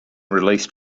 released